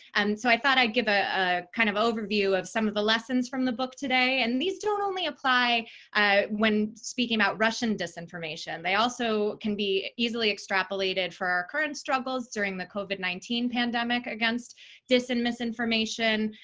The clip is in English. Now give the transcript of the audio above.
and so i thought i'd give a ah kind of overview of some of the lessons from the book today. and these don't only apply when speaking about russian disinformation. they also can be easily extrapolated for our current struggles during the covid nineteen pandemic against dis and misinformation,